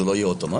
זה לא יהיה אוטומט?